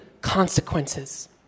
consequences